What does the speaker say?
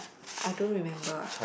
I don't remember ah